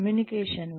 communication